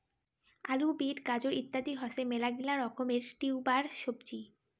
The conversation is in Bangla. আলু, বিট, গাজর ইত্যাদি হসে মেলাগিলা রকমের টিউবার সবজি